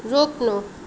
रोक्नु